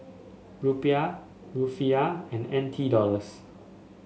Rupiah Rufiyaa and N T Dollars